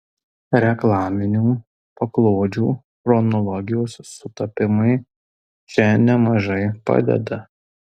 reklaminių paklodžių chronologijos sutapimai čia nemažai padeda